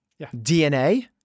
DNA